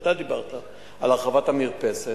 אתה דיברת על הרחבת המרפסת.